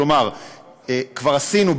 כלומר כבר עשינו,